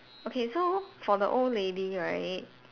okay so for the old lady right